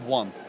one